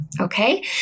Okay